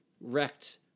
wrecked